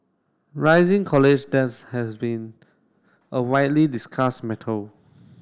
rising college debts has been a widely discussed